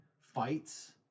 fights